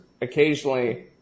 occasionally